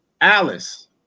Alice